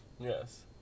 Yes